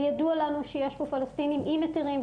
וידוע לנו שיש פה פלשתינים עם היתרים,